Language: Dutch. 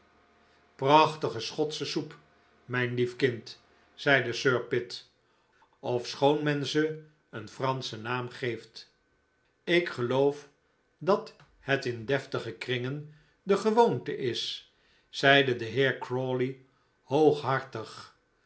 prachtige schotsche soep mijn lieve kind zeide sir pitt ofschoon men ze een franschen naam geeft ik geloof dat het in deftige kringen de gewoonte is zeide de heer crawley